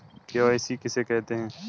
KYC किसे कहते हैं?